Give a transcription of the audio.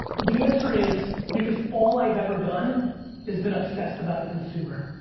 the answer is, because all i've ever done is been obsessed about the consumer.